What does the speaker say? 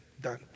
Done